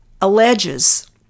alleges